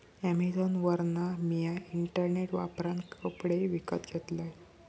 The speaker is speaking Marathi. अॅमेझॉनवरना मिया इंटरनेट वापरान कपडे विकत घेतलंय